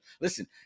listen